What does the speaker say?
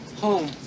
Home